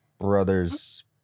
Brothers